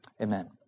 amen